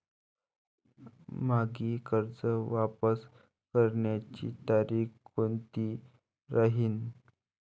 मायी कर्ज वापस करण्याची तारखी कोनती राहीन?